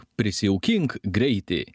prisijaukink greitį